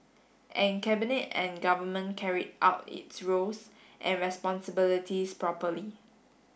and Cabinet and Government carried out its roles and responsibilities properly